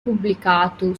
pubblicato